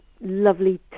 lovely